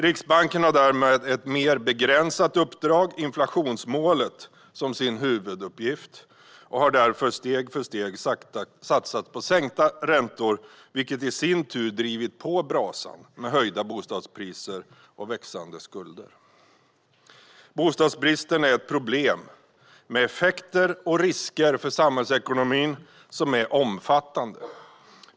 Riksbanken har därmed fått ett mer begränsat uppdrag - inflationsmålet - som sin huvuduppgift. Därför har den steg för steg satsat på sänkta räntor, vilket i sin tur har lagt mer ved på brasan, med höjda bostadspriser och växande skulder som följd. Bostadsbristen är ett problem med effekter och risker för samhällsekonomin som är omfattande.